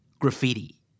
Graffiti